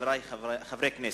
חברי חברי הכנסת,